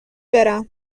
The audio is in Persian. برم